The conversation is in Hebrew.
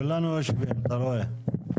כולנו יושבים, אתה רואה.